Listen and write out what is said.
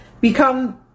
become